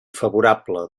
favorable